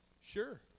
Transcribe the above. Sure